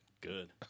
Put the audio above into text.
Good